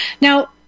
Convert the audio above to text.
Now